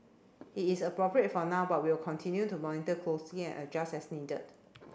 it is appropriate for now but we will continue to monitor closely and adjust as needed